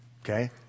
Okay